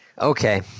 Okay